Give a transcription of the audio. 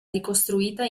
ricostruita